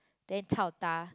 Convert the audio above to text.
then chao da